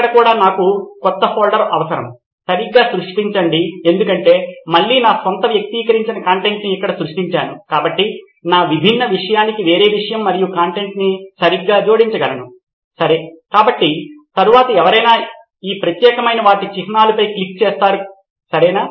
ఇక్కడ కూడా నాకు క్రొత్త ఫోల్డర్ అవసరం సరిగా సృష్టించండి ఎందుకంటే మళ్ళీ నా స్వంత వ్యక్తిగతీకరించిన కంటెంట్ను ఇక్కడ సృష్టించాను కాబట్టి ఆ విభిన్న విషయానికి వేరే విషయం మరియు కంటెంట్ను సరిగ్గా జోడించగలను సరే కాబట్టి తరువాతి ఎవరైనా ఈ ప్రత్యేకమైన వాటి చిహ్నాలుపై క్లిక్ చేస్తారు సరేనా